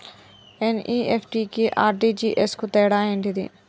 NEFT కి RTGS కు తేడా ఏంటిది?